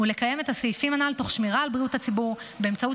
לקיים את הסעיפים הנ"ל תוך שמירה על בריאות הציבור באמצעות